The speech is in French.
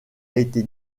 été